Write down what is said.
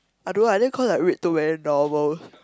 I don't I think cause I read too many novels